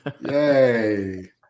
Yay